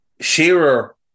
Shearer